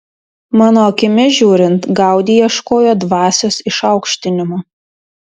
mano akimis žiūrint gaudi ieškojo dvasios išaukštinimo